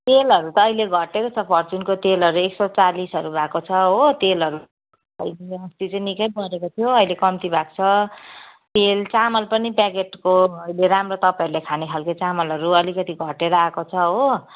तेलहरू त अहिले घटेको छ फर्चुनको तेलहरू एक सौ चालिसहरू भएको छ हो तेलहरू अस्ति चाहिँ निकै बढेको थियो अहिले कम्ती भएको छ तेल चामल पनि प्याकेटको अहिले राम्रो तपाईँहरूले खाने खालके चामलहरू अलिकति घटेर आएको छ हो